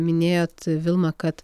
minėjot vilma kad